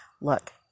look